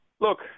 look